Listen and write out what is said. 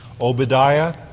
Obadiah